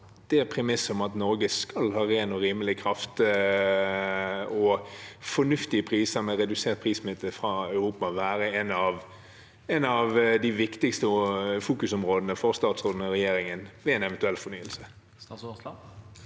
være premisset om at Norge skal ha ren og rimelig kraft og fornuftige priser med redusert prissmitte fra Europa? Vil det være et av de viktigste fokusområdene for statsråden og regjeringen ved en eventuell fornyelse?